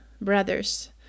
brothers